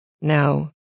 now